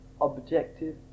objective